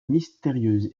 mystérieuse